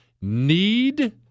need